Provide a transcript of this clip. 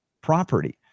property